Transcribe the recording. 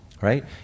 Right